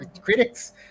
critics